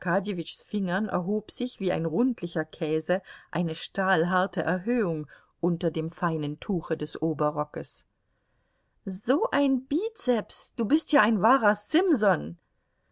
fingern erhob sich wie ein rundlicher käse eine stahlharte erhöhung unter dem feinen tuche des oberrockes so ein bizeps du bist ja ein wahrer simson